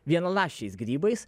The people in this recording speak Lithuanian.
vienaląsčiais grybais